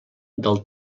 del